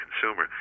consumer